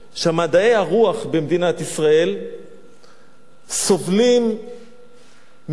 שמדעי הרוח במדינת ישראל סובלים מירידה,